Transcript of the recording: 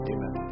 Amen